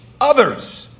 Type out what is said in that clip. others